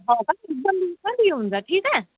हो का एक दोन दिवसांत येऊन जा ठीक आहे